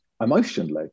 emotionally